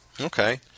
Okay